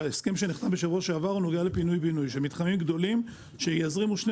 ההסכם שנחתם בשבוע שעבר נוגע לפינוי-בינוי מתחמים גדולים שיזרימו שני